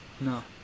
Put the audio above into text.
No